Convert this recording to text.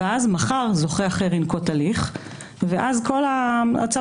ואז מחר זוכה אחר ינקוט הליך וכל צו